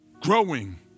growing